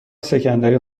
سکندری